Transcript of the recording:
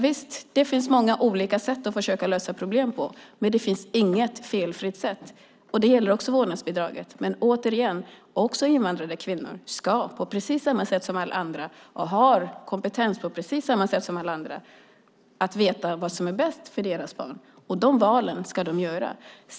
Visst, det finns många sätt att försöka lösa problem på. Men det finns inget felfritt sätt. Det gäller också vårdnadsbidraget. Men jag säger återigen: Invandrade kvinnor ska på precis samma sätt som alla andra kunna välja, och de har kompetens på precis samma sätt som alla andra när det gäller att veta vad som är bäst för deras barn. De valen ska de göra.